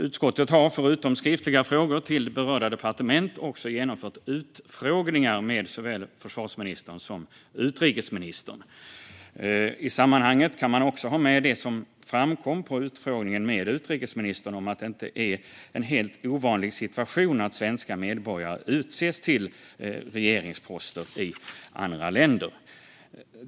Utskottet har förutom skriftliga frågor till berörda departement också genomfört utfrågningar med såväl försvarsministern som utrikesministern. I sammanhanget kan man också ha med det som framkom i utfrågningen av utrikesministern om att det inte är en helt ovanlig situation att svenska medborgare utses till regeringsposter i andra länder.